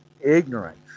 ignorance